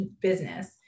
business